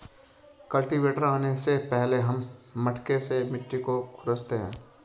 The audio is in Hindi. कल्टीवेटर आने से पहले हम मटके से मिट्टी को खुरंचते थे